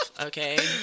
Okay